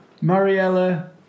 Mariella